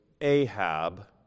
Ahab